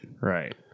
Right